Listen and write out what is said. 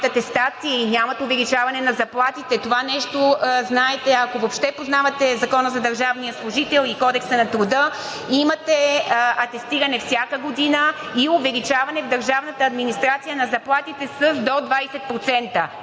атестации, нямат увеличаване на заплатите. Това нещо, знаете, ако въобще познавате Закона за държавния служител и Кодекса на труда, имате атестиране всяка година и увеличаване в държавната администрация на заплатите с до 20%